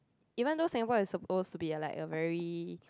even though Singapore is supposed to be a like a very